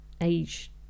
age